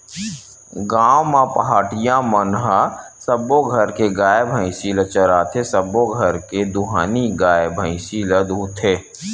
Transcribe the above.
गाँव म पहाटिया मन ह सब्बो घर के गाय, भइसी ल चराथे, सबो घर के दुहानी गाय, भइसी ल दूहथे